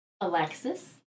Alexis